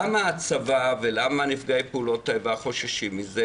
למה הצבא ולמה נפגעי פעולות האיבה חוששים מזה?